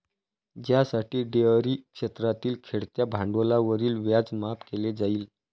ज्यासाठी डेअरी क्षेत्रातील खेळत्या भांडवलावरील व्याज माफ केले जाईल